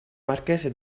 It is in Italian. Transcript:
marchese